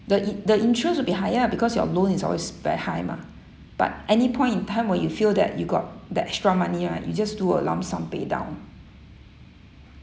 the in~ the interest will be higher ah because your loan is always very high mah but any point in time when you feel that you got that extra money ah you just do a lump sum pay down